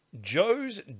Joe's